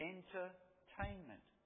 Entertainment